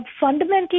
fundamentally